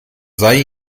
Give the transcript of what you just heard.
sei